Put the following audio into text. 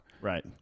Right